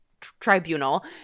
tribunal